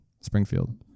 Springfield